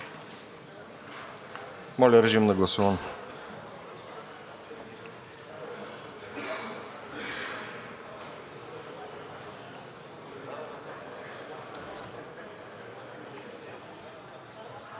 Моля, режим на гласуване.